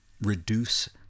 reduce